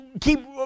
keep